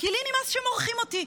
כי לי נמאס שמורחים אותי.